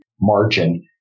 margin